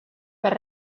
per